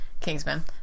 Kingsman